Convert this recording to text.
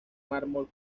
mármol